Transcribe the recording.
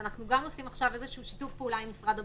ואנחנו גם עושים עכשיו שיתוף פעולה עם משרד הבריאות,